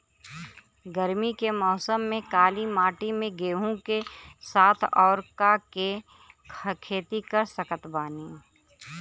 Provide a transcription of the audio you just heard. गरमी के मौसम में काली माटी में गेहूँ के साथ और का के खेती कर सकत बानी?